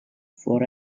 for